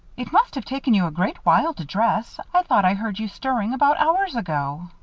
it must have taken you a great while to dress. i thought i heard you stirring about hours ago.